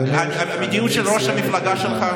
תגיד לי, מול רע"מ היו לך ההסתייגויות האלה?